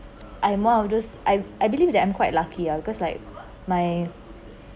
I am one of those I I believe that I'm quite lucky ah because like my